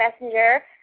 Messenger